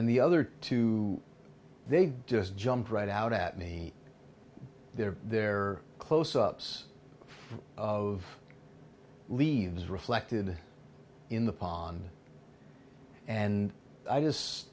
then the other two they just jumped right out at me there they're close ups of leaves reflected in the pond and i just